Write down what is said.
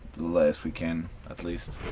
less we can at least